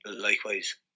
likewise